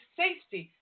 safety